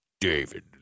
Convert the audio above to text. David